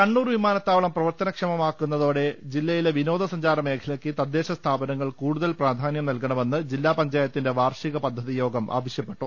കണ്ണൂർ വിമാനത്താവളം പ്രവർത്തനക്ഷമമാകുന്നതോടെ ജില്ല യിലെ വിനോദ സഞ്ചാരമേഖലയ്ക്ക് തദ്ദേശ സ്ഥാപനങ്ങൾ കൂടു തൽ പ്രാധാനൃം നൽകണമെന്ന് ജില്ലാപഞ്ചായത്തിന്റെ വാർഷിക പദ്ധതിയോഗം ആവശ്യപ്പെട്ടു